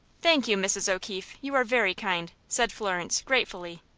thank you, mrs. o'keefe, you are very kind, said florence, gratefully.